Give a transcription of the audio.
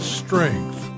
strength